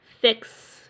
fix